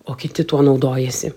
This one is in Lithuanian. o kiti tuo naudojasi